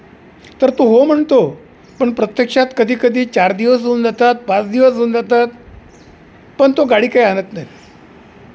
तर तो हो म्हणतो पण प्रत्यक्षात कधीकधी चार दिवस होऊन जातात पाच दिवस होऊन जातात पण तो गाडी काही आणत नाही